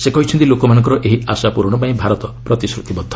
ସେ କହିଛନ୍ତି ଲୋକମାନଙ୍କର ଏହି ଆଶା ପୂରଣ ପାଇଁ ଭାରତ ପ୍ରତିଶ୍ରତିବଦ୍ଧ